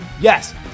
Yes